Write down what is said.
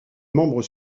membres